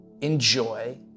enjoy